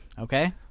Okay